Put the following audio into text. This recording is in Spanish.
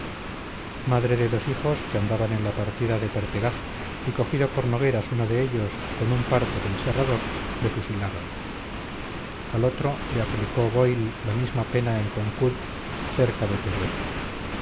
madre fue de dos hijos que andaban en la partida de pertegaz y cogido por nogueras uno de ellos con un parte del serrador le fusilaron al otro le aplicó boil la misma pena en concud cerca de teruel